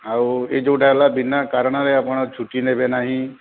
ଆଉ ଏ ଯେଉଁଟା ହେଲା ବିନା କାରଣରେ ଆପଣ ଛୁଟି ନେବେ ନାହିଁ